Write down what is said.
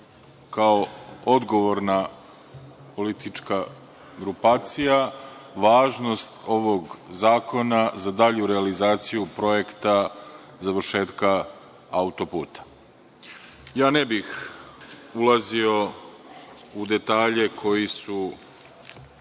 kao odgovorna politička grupacija važnost ovog zakona za dalju realizaciju projekta završetka autoputa. Ne bih ulazio u detalje koji su